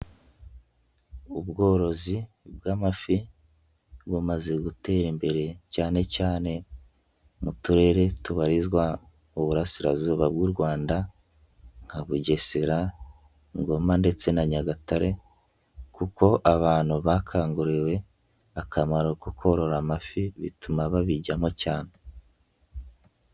Ubworozi bw'amafi bumaze gutera imbere cyane cyane mu turere tubarizwa mu Burasirazuba bw'u Rwanda nka Bugesera, Ngoma ndetse na Nyagatare kuko abantu bakanguriwe akamaro ko korora amafi bituma babijyamo cyane.